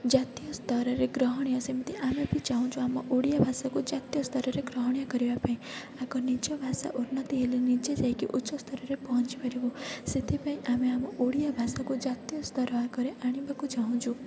ଜାତୀୟ ସ୍ତରରେ ଗ୍ରହଣୀୟ ସେମିତି ଆମେ ବି ଚାହୁଁଛୁ ଆମ ଓଡ଼ିଆ ଭାଷାକୁ ଜାତୀୟ ସ୍ତରରେ ଗ୍ରହଣୀୟ କରିବା ପାଇଁ ଆଗ ନିଜ ଭାଷା ଉନ୍ନତି ହେଲେ ନିଜେ ଯାଇକି ଉଚ୍ଚ ସ୍ତରରେ ପହଞ୍ଚିପାରିବୁ ସେଇଥିପାଇଁ ଆମେ ଆମ ଓଡ଼ିଆ ଭାଷାକୁ ଜାତୀୟ ସ୍ତର ଆଗରେ ଆଣିବାକୁ ଚାହୁଁଛୁ